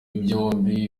byombi